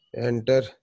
Enter